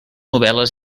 novel·les